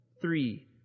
Three